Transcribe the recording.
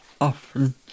often